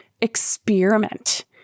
experiment